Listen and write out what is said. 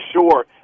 sure